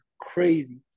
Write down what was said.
crazy